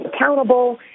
accountable